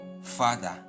Father